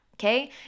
okay